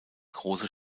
große